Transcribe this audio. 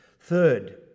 Third